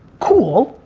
cool,